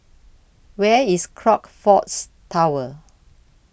Where IS Crockfords Tower